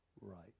right